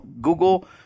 Google